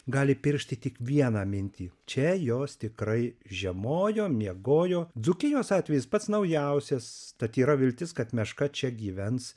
gali piršti tik vieną mintį čia jos tikrai žiemojo miegojo dzūkijos atvejis pats naujausias tad yra viltis kad meška čia gyvens